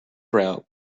route